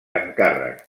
encàrrec